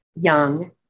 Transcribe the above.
young